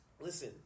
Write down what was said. Listen